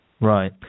Right